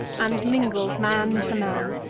and mingled man to man.